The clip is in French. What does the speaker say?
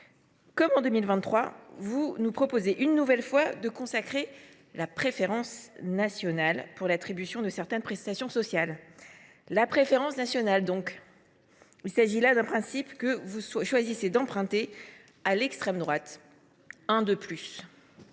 Comme en 2023, vous nous proposez de consacrer la préférence nationale pour l’attribution de certaines prestations sociales. La préférence nationale, donc : il s’agit là d’un principe, un de plus, que vous choisissez d’emprunter à l’extrême droite. « J’aime